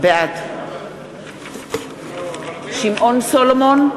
בעד שמעון סולומון,